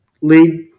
lead